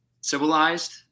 civilized